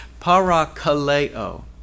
parakaleo